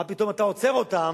מה פתאום אתה עוצר אותם,